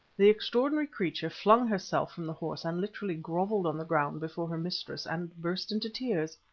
the extraordinary creature flung herself from the horse and literally grovelled on the ground before her mistress and burst into tears.